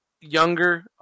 younger